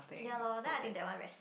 ya loh that I be the one rest